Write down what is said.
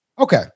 Okay